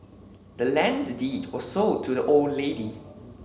the land's deed was sold to the old lady